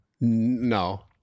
No